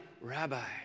Rabbi